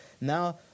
now